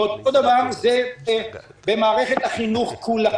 ואותו דבר במערכת החינוך כולה.